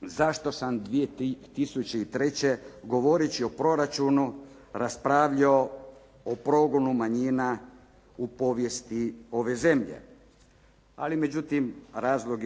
zašto sam 2003. govoreći o proračunu raspravljao o progonu manjina u povijesti ove zemlje. Ali međutim, razlog